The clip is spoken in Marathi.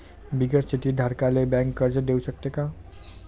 बिगर शेती धारकाले बँक कर्ज देऊ शकते का?